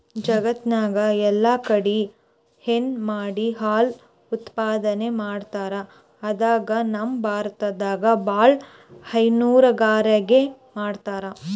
ಜಗತ್ತ್ನಾಗ್ ಎಲ್ಲಾಕಡಿ ಹೈನಾ ಮಾಡಿ ಹಾಲ್ ಉತ್ಪಾದನೆ ಮಾಡ್ತರ್ ಅದ್ರಾಗ್ ನಮ್ ಭಾರತದಾಗ್ ಭಾಳ್ ಹೈನುಗಾರಿಕೆ ಮಾಡ್ತರ್